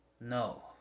No